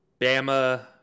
Bama